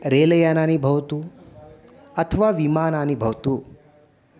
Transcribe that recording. रेलयानानि भवतु अथवा विमानानि भवतु